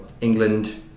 England